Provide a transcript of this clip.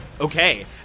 Okay